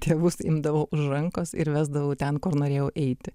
tėvus imdavau už rankos ir vesdavau ten kur norėjau eiti